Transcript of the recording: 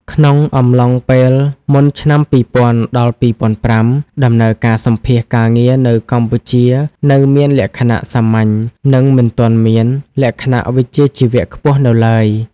ក្នុងអំឡុងពេលមុនឆ្នាំ ២០០០ ដល់ ២០០៥ ដំណើរការសម្ភាសន៍ការងារនៅកម្ពុជានៅមានលក្ខណៈសាមញ្ញ និងមិនទាន់មានលក្ខណៈវិជ្ជាជីវៈខ្ពស់នៅឡើយ។